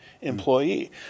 employee